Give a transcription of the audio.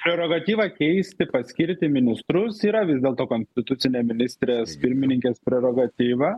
prerogatyva keisti paskirti ministrus yra vis dėlto konstitucinė ministrės pirmininkės prerogatyva